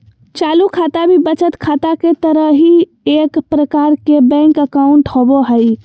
चालू खाता भी बचत खाता के तरह ही एक प्रकार के बैंक अकाउंट होबो हइ